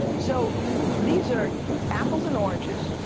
so these are apples and oranges.